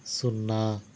సున్నా